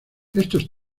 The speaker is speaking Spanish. estos